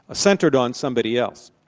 ah centred on somebody else.